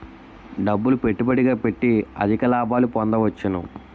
డబ్బులు పెట్టుబడిగా పెట్టి అధిక లాభాలు పొందవచ్చును